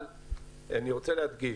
אבל אני רוצה להדגיש: